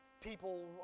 people